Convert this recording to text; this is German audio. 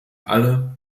alle